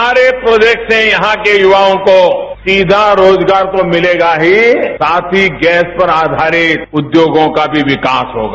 सारे प्रोजेक्ट से यहां के युवाओं को सीधा रोजगार तो मिलेगा ही साथ ही गैस पर आधारित उद्योगों का भी विकास होगा